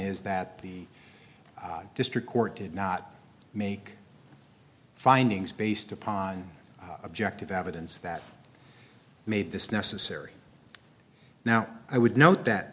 is that the district court did not make findings based upon objective evidence that made this necessary now i would note that